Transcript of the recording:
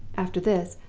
after this,